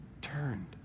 turned